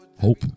hope